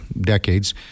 decades